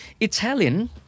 Italian